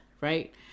right